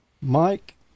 Mike